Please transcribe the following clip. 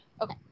Okay